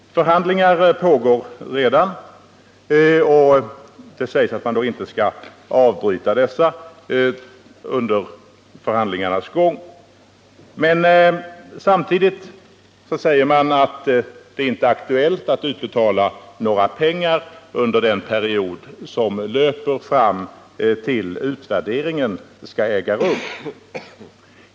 Förhandlingar pågår, och det sägs att man inte skall avbryta dessa förhandlingar under deras gång. Samtidigt säger man att det inte är aktuellt att utbetala några pengar under den period som löper fram till dess att utvärderingen skall äga rum.